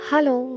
Hello